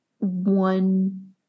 One